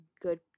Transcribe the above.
good